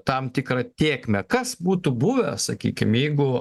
tam tikrą tėkmę kas būtų buvęs sakykim jeigu